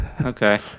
okay